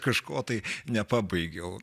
kažko tai nepabaigiau